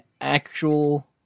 actual